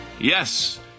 Yes